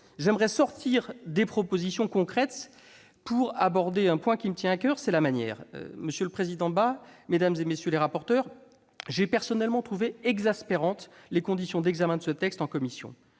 J'aimerais sortir des propositions concrètes pour aborder un point qui me tient à coeur : la manière. Monsieur le président Bas, madame, monsieur les rapporteurs, j'ai personnellement trouvé exaspérantes les conditions d'examen de ce projet de loi en commission.